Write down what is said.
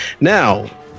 Now